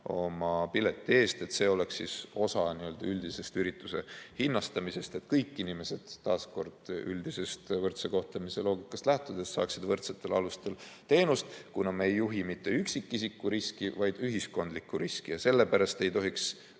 oma pileti eest maksma. See oleks osa üldisest ürituse hinnastamisest, et kõik inimesed taas kord üldisest võrdse kohtlemise loogikast lähtudes saaksid võrdsetel alustel teenust, kuna me ei juhi mitte üksikisiku riski, vaid ühiskondlikku riski. Ja sellepärast ei tohiks